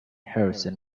harrison